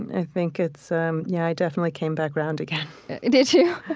and i think it's um yeah, i definitely came back round again did you?